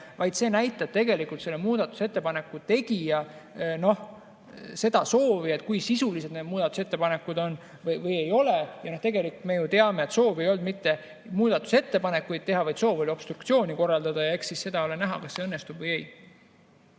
See näitab tegelikult muudatusettepaneku tegija soovi, kui sisulised muudatusettepanekud on või ei ole. Ja tegelikult me ju teame, et soov ei olnud mitte muudatusettepanekuid teha, vaid soov oli obstruktsiooni korraldada. Ja eks ole näha, kas see õnnestub või ei.